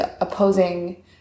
opposing